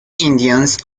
indians